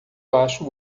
acho